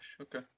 okay